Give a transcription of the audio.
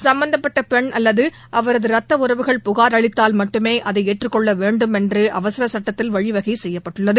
சும்பந்தப்பட்ட பெண் அல்லது அவரது ரத்த உறவுகள் புகாா் அளித்தால் மட்டுமே அதை ஏற்றுக்கொள்ள வேண்டும் என்று அவசர சட்டத்தில் வழிவகை செய்யப்பட்டுள்ளது